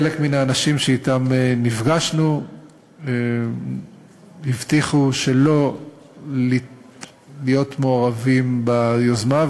חלק מן האנשים שאתם נפגשנו הבטיחו שלא להיות מעורבים ביוזמה,